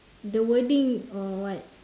the wording uh what